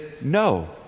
no